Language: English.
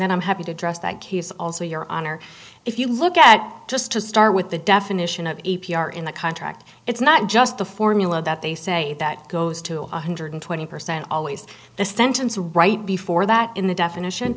then i'm happy to address that case also your honor if you look at just to start with the definition of a p r in the contract it's not just the formula that they say that goes to one hundred twenty percent always the sentence right before that in the definition